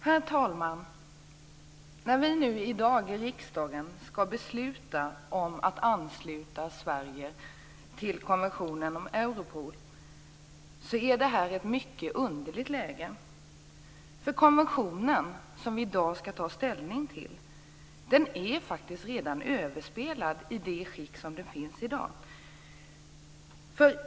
Herr talman! När vi nu i dag i riksdagen skall besluta om att ansluta Sverige till konventionen om Europol är det i ett mycket underligt läge. Den konvention vi i dag skall ta ställning till är faktiskt redan överspelad i det skick den har i dag.